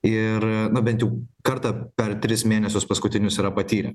ir na bent jau kartą per tris mėnesius paskutinius yra patyrę